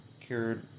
cured